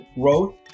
growth